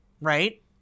right